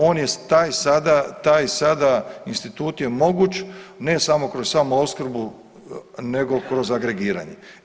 On je taj sada, taj sada institut je moguć ne samo kroz samu opskrbu nego kroz agregiranje.